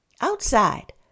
Outside